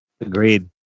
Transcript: Agreed